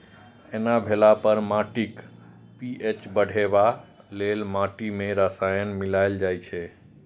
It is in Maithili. एना भेला पर माटिक पी.एच बढ़ेबा लेल माटि मे रसायन मिलाएल जाइ छै